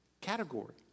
category